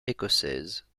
écossaise